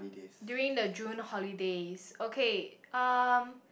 during the June holidays okay um